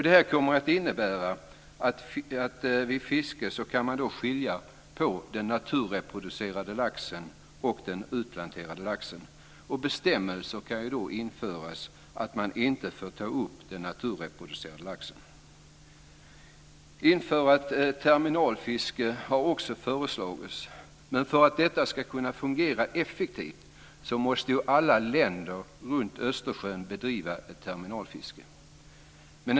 Det här kommer att innebära att man vid fiske kan skilja mellan den naturreproducerade laxen och den utplanterade laxen, och bestämmelser kan då införas om att man inte får ta upp den naturreproducerade laxen. Det har också föreslagits att man ska införa ett terminalfiske, men för att det ska kunna fungera effektivt måste alla länder runt Östersjön bedriva ett terminalfiske.